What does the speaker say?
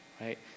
right